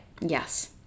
Yes